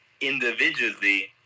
individually